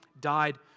died